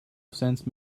sense